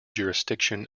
jurisdiction